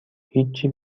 هیچی